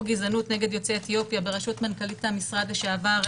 גזענות נגד יוצאי אתיופיה בראשות מנכ"לית המשרד לשעבר,